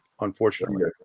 Unfortunately